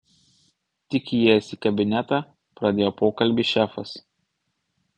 tik įėjęs į kabinetą pradėjo pokalbį šefas